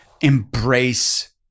embrace